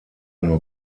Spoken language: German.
nur